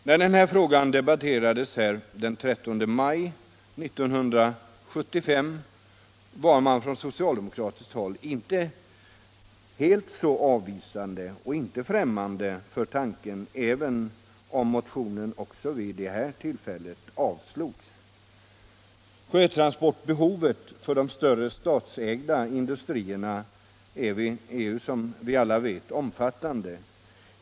När den frågan debatterades här den 31 maj 1975 var man från socialdemokratiskt håll inte helt främmande för denna tanke, även om motionen också vid det tillfället avslogs. Sjötransportbehovet för de större statsägda industrierna är, som alla vet, omfattande.